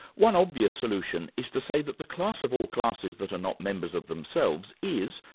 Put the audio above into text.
one obvious solution is to say that the class of all classes that are not members of themselves is,